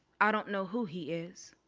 i don't know who he is